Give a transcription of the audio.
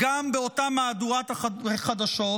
באותה מהדורת חדשות,